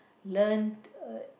learnt uh